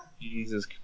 Jesus